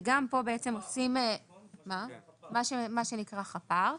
מה שנקרא חפ"ר,